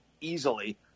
easily